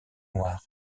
noir